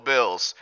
Bills